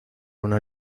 una